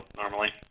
Normally